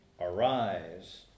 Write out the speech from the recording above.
Arise